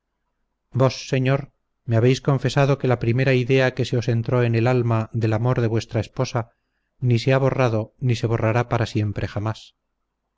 vos señor me habéis confesado que la primera idea que se os entró en el alma del amor de vuestra esposa ni se ha borrado ni se borrará para siempre jamás